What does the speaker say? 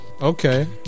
Okay